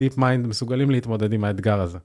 טיפ מיינד מסוגלים להתמודד עם האתגר הזה